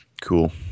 Cool